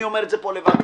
ואני מתנצלת,